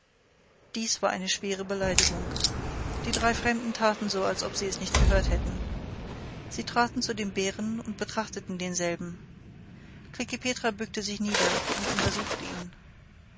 dies war eine schwere beleidigung die drei fremden taten so als ob sie sie nicht gehört hätten sie traten zu dem bären und betrachteten denselben klekih petra bückte sich nieder und untersuchte ihn